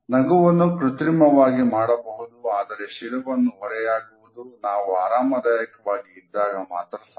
ನಗುವನ್ನು ಕೃತ್ರಿಮವಾಗಿ ಮಾಡಬಹುದು ಆದರೆ ಶಿರವನ್ನು ಹೊರೆಯಾಗುವುದು ನಾವು ಆರಾಮದಾಯಕವಾಗಿ ಇದ್ದಾಗ ಮಾತ್ರ ಸಾಧ್ಯ